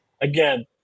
again